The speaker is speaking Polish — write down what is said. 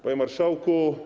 Panie Marszałku!